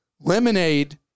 Lemonade